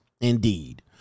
Indeed